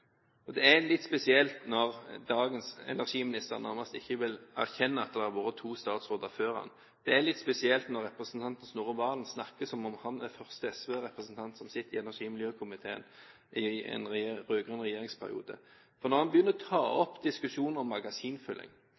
imellom. Det er litt spesielt når dagens energiminister nærmest ikke vil erkjenne at det har vært to statsråder før ham. Det er litt spesielt når representanten Snorre Serigstad Valen snakker som om han er første SV-representant som sitter i energi- og miljøkomiteen i en rød-grønn regjeringsperiode. Når han begynner å ta opp diskusjonen om